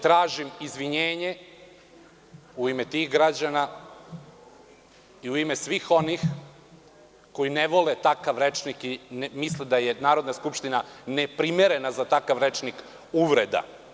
Tražim izvinjenje u ime tih građana i u ime svih onih koji ne vole takav rečnik i misle da je Narodna skupština neprimerena za takav rečnik uvreda.